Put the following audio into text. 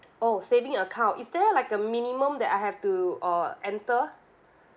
oh saving account is there like a minimum that I have to uh enter